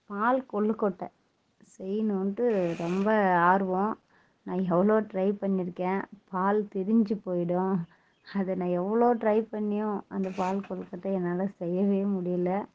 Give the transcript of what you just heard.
பால் கொல்லுக்கொட்டை செய்யணுட்டு ரொம்ப ஆர்வம் நான் எவ்வளோ ட்ரை பண்ணிருக்கேன் பால் திரிஞ்சு போய்விடும் அது நான் எவ்வளோ ட்ரை பண்ணியும் அந்த பால் கொல்லுக்கொட்டை என்னால் செய்யவே முடியல